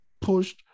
pushed